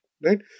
right